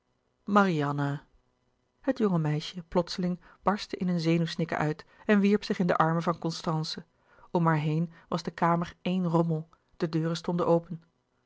marianne het jonge meisje plotseling barstte in een zenuwsnikken uit en wierp zich in de armen van constance om haar heen was de kamer éen rommel de deuren stonden open